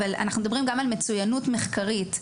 מדברים גם על מצוינות מחקרית.